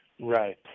Right